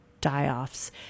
die-offs